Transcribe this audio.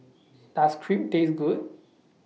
Does Crepe Taste Good